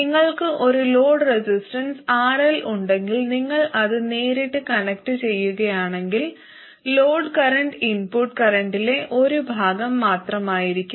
നിങ്ങൾക്ക് ഒരു load resistance RL ഉണ്ടെങ്കിൽ നിങ്ങൾ അത് നേരിട്ട് കണക്റ്റുചെയ്യുകയാണെങ്കിൽ ലോഡ് കറന്റ് ഇൻപുട്ട് കറന്റിലെ ഒരു ഭാഗം മാത്രമായിരിക്കും